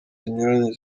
zinyuranye